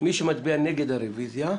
מי שמצביע נגד הרביזיה,